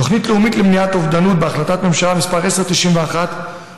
תוכנית לאומית למניעת אובדנות: בהחלטת ממשלה מס' 1091 הוקצה